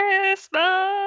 Christmas